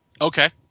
Okay